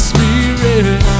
Spirit